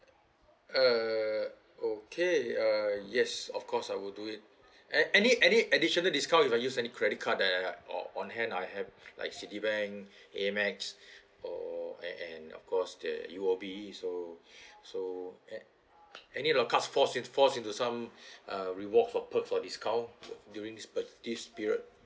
err okay uh yes of course I will do it an~ any any additional discount if I use any credit card uh o~ on hand I have like Citibank AMEX or and and of course the U_O_B so so a~ any of cards falls in falls into some uh reward for perk for discount during this per~ this period